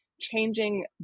changing